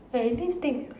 anything